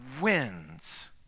wins